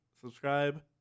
subscribe